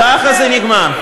ככה זה נגמר.